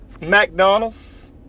McDonald's